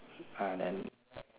!huh! then